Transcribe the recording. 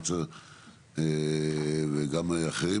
וגם אחרים,